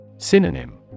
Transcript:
Synonym